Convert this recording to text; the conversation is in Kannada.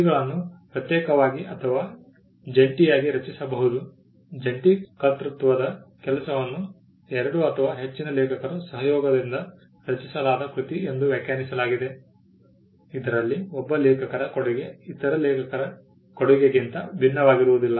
ಕೃತಿಗಳನ್ನು ಪ್ರತ್ಯೇಕವಾಗಿ ಅಥವಾ ಜಂಟಿಯಾಗಿ ರಚಿಸಬಹುದು ಜಂಟಿ ಕರ್ತೃತ್ವದ ಕೆಲಸವನ್ನು ಎರಡು ಅಥವಾ ಹೆಚ್ಚಿನ ಲೇಖಕರ ಸಹಯೋಗದಿಂದ ರಚಿಸಲಾದ ಕೃತಿ ಎಂದು ವ್ಯಾಖ್ಯಾನಿಸಲಾಗಿದೆ ಇದರಲ್ಲಿ ಒಬ್ಬ ಲೇಖಕರ ಕೊಡುಗೆ ಇತರ ಲೇಖಕರ ಕೊಡುಗೆಗಿಂತ ಭಿನ್ನವಾಗಿರುವುದಿಲ್ಲ